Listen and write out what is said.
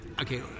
Okay